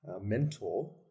mentor